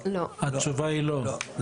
התשובה היא לא.